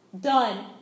Done